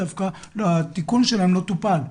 התיקון שלהם לא טופל.